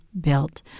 built